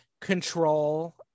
control